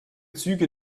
züge